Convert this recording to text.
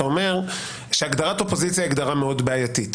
אתה אומר שהגדרת אופוזיציה היא הגדרה מאוד בעייתית,